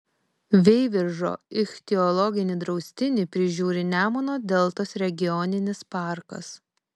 veiviržo ichtiologinį draustinį prižiūri nemuno deltos regioninis parkas